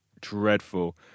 dreadful